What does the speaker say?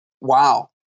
Wow